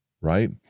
Right